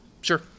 Sure